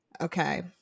Okay